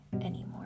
anymore